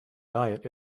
diet